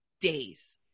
days